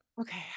Okay